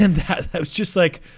and i was just like,